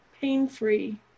pain-free